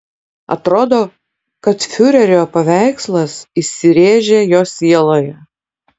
atrodo kad fiurerio paveikslas įsirėžė jo sieloje